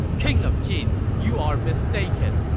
king of jin, you are mistaken!